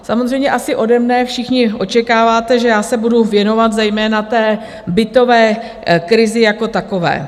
Samozřejmě asi ode mne všichni očekáváte, že já se budou věnovat zejména té bytové krizi jako takové.